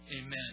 amen